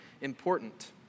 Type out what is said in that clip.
important